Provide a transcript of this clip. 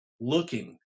looking